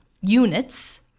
units